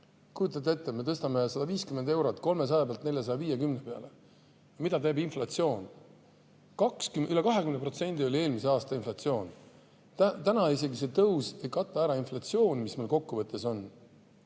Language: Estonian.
kujutate ette, me tõstame 150 eurot, 300 pealt 450 peale. Mida teeb inflatsioon? Üle 20% oli eelmise aasta inflatsioon. Täna see tõus isegi ei kata ära inflatsiooni, mis meil kokkuvõttes on.